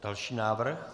Další návrh?